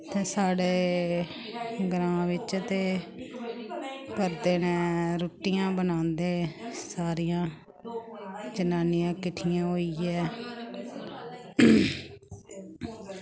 उत्थै साढ़े ग्रां बिच्च ते करदे न रुट्टियां बनांदे सारियां जनानियां किट्ठियां होइयै